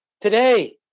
today